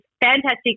fantastic